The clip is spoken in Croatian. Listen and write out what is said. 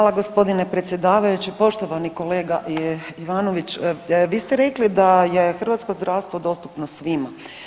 Hvala gospodine predsjedavajući, poštovani kolega je Ivanović, vi ste rekli da je hrvatsko zdravstvo dostupno svima.